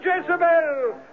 Jezebel